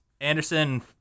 Anderson